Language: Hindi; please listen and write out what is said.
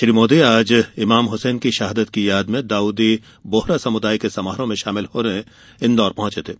श्री मोदी आज इमाम हुसैन की शहादत की याद में दाऊदी बोहरा समुदाय के समारोह में शामिल होने इन्दौर पहुंचे थे